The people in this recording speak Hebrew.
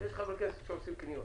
יש חברי כנסת שעושים קניות,